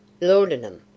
Laudanum